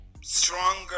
Stronger